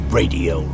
radio